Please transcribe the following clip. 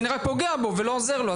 אני רק פוגע בו ולא עוזר לו.